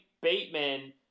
Bateman